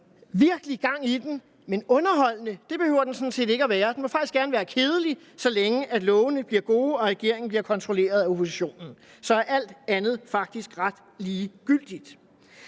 virkelig gang i den, men underholdende behøver den sådan set ikke at være. Den må faktisk gerne være kedelig, så længe at lovene bliver gode og regeringen bliver kontrolleret af oppositionen. Så er alt andet faktisk ret ligegyldigt.